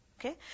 Okay